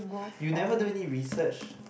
you never do any research